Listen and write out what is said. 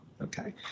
Okay